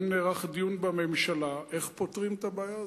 האם נערך דיון בממשלה, איך פותרים את הבעיה הזו?